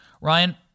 Ryan